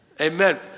amen